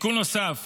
תיקון נוסף